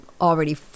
already